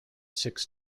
six